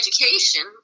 education